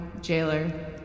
jailer